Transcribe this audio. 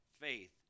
faith